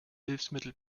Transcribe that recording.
hilfsmittel